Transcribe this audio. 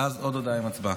ואז עוד הודעה עם הצבעה.